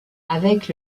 avec